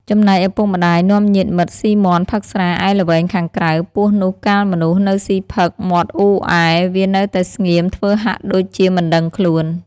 ចំណែកឪពុកម្ដាយនាំញាតិមិត្ដស៊ីមាន់ផឹកស្រាឯល្វែងខាងក្រៅ។ ពស់ នោះកាលមនុស្សនៅស៊ីផឹកមាត់អ៊ូរអែវានៅតែស្ងៀមធ្វើហាក់ដូចជាមិនដឹងខ្លួន។